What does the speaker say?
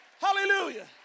Hallelujah